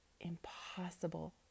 impossible